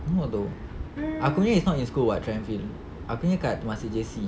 aku pun tak tahu aku nya is not in school [what] aku nya kat temasek J_C